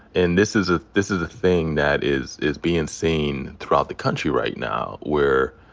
and this is ah this is a thing that is is bein' seen throughout the country right now, where,